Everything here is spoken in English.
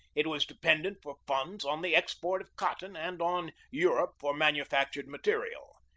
it was dependent for funds on the export of cotton and on europe for manufactured material.